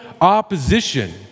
opposition